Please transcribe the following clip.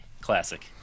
classic